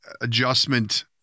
adjustment